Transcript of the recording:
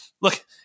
look